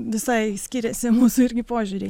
visai skiriasi mūsų irgi požiūriai